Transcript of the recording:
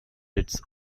its